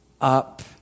up